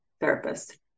therapist